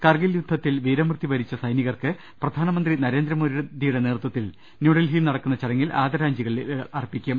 കർഗിൽ യുദ്ധത്തിൽ വീരമൃത്യു വരിച്ച സൈനികർക്ക് പ്രധാനമന്ത്രി നരേന്ദ്രമോദിയുടെ നേതൃത്വത്തിൽ ന്യൂഡൽഹിയിൽ നടക്കുന്ന ചടങ്ങിൽ ആദരാഞ്ജലികളർപ്പിക്കും